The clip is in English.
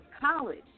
college